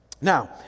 Now